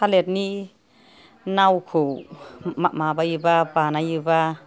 थालिरनि नावखौ माबायोबा बानायोबा